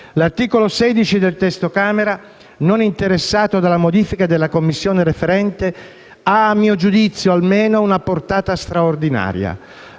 L'articolo 16 del testo Camera, non interessato da modifiche della Commissione referente, ha, a mio giudizio, almeno una portata straordinaria